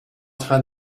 train